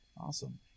Awesome